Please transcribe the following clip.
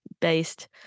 based